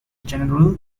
general